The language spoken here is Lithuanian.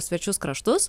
svečius kraštus